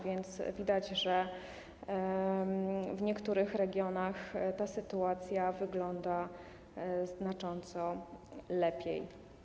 Widać zatem, że w niektórych regionach ta sytuacja wygląda znacząco lepiej.